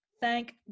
Thank